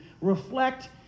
reflect